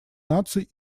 наций